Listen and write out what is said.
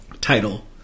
Title